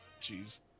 Jeez